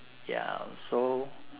ya so